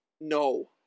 No